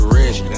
rich